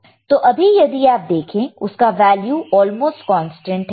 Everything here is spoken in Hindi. तो अभी यदि आप देखें उसका वैल्यू ऑलमोस्ट कांस्टेंट है